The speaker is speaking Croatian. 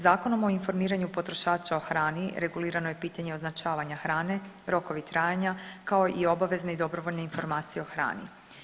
Zakonom o informiranju potrošača o hrani regulirano je pitanje označavanja hrane, rokovi trajanja kao i obavezne i dobrovoljne informacije o hrani.